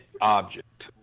object